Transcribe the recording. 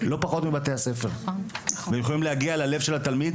לא פחות מבתי הספר והם יכולים להגיע ללב של התלמיד,